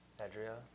Adria